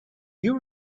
you